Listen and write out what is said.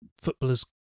footballers